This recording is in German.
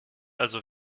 also